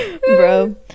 Bro